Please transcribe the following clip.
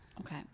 Okay